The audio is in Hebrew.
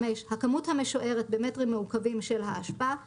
הכמות המשוערת (במטרים מעוקבים) של האשפה;